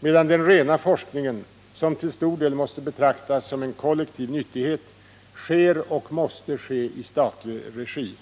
medan den rena forskningen, som till stor del måste betraktas som en s.k. kollektiv nyttighet, sker och måste ske i statlig regi.